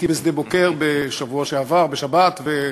הייתי בשדה-בוקר בשבוע שעבר, בשבת,